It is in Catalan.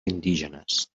indígenes